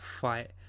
fight